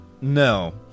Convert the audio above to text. No